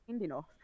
enough